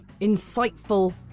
insightful